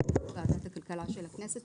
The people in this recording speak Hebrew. ובאישור ועדת הכלכלה של הכנסת,